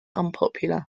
unpopular